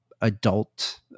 adult